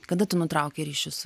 kada tu nutraukei ryšius